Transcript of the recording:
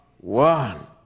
one